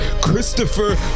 Christopher